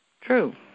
True